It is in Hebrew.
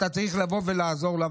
אתה צריך לבוא ולעזור לו,